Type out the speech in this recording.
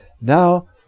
Now